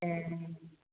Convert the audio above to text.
ए